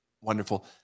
Wonderful